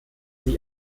sie